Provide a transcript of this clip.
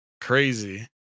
crazy